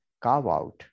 carve-out